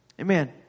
Amen